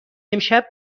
امشب